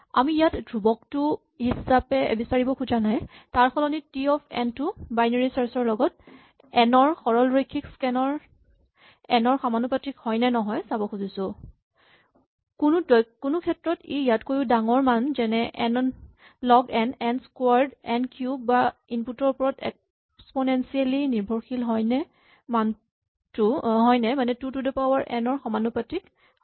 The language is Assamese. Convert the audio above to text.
আমি ইয়াত ধ্ৰুৱকটো বিচাৰিব খোজা নাই তাৰ সলনি টি অফ এন টো বাইনেৰী চাৰ্ছ ত লগ এন ৰ সৰলৰৈখিক স্কেন ত এন ৰ সমানুপাতিক হয়নে নহয় চাব খুজিছো কোনো ক্ষেত্ৰত ই ইয়াতকৈয়ো ডাঙৰ মান যেনে এন লগ এন এ স্কোৱাৰ্ড এন কিউব বা ইনপুট ৰ ওপৰত এক্সপনেনচিয়েলী নিৰ্ভৰশীল হয় মানে two to the power N ৰ সামানুপাতিক হয়